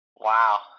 Wow